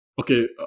Okay